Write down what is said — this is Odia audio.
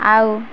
ଆଉ